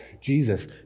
Jesus